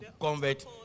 convert